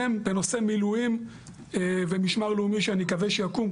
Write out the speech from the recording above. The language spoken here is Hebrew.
מ' בנושא מילואים ומשמר לאומי שאני מקווה שיקום.